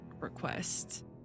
request